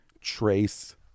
trace